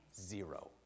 Zero